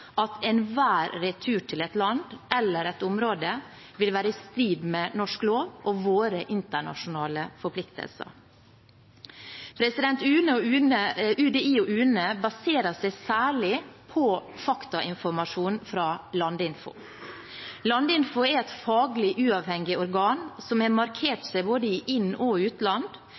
at enhver retur til et land eller et område vil være i strid med norsk lov og våre internasjonale forpliktelser. UDI og UNE baserer seg særlig på faktainformasjon fra Landinfo. Landinfo er et faglig uavhengig organ som har markert seg både i inn- og utland